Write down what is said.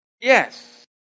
Yes